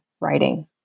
writing